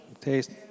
taste